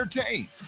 entertain